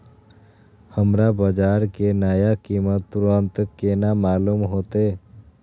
हमरा बाजार के नया कीमत तुरंत केना मालूम होते?